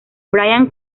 brian